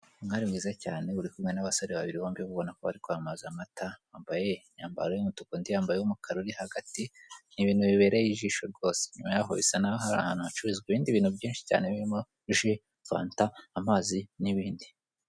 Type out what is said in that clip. Umwari mwiza cyane uri kumwe n'abasore babiri bombi babona ko bari kwamamaza amata, bambaye imyambaro y'umutuku, undi yambaye umukara uri hagati, ni ibintu bibereye ijisho rwose, inyuma yaho bisa n'aho hari ahantu hacururizwa ibindi bintu byinshi cyane birimo ji, fanta, amazi n'ibindi.